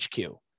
HQ